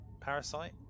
parasite